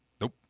Nope